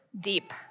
deep